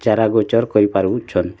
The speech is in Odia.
ଚାରା ଗୋଚର୍ କରିପାରୁଛନ୍